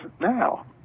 now